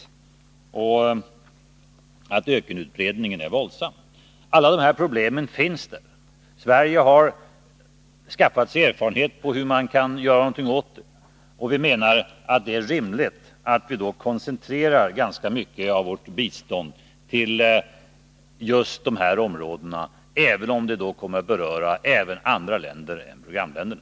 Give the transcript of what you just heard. Alla dessa problem finns där. Och Sverige har skaffat sig erfarenhet av hur man kan göra någonting åt detta. Då menar vi att det är rimligt att koncentrera ganska mycket av vårt bistånd till just de här områdena, även om det då kommer att beröra även andra länder än programländerna.